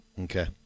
Okay